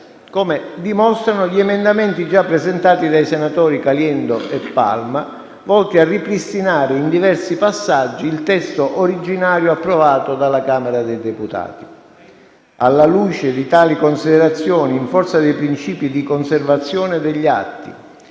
come dimostrano gli emendamenti già presentati dai senatori Caliendo e Palma, volti a ripristinare in diversi passaggi il testo originario approvato dalla Camera dei deputati. Alla luce di tali considerazioni, in forza dei principi di conservazione degli atti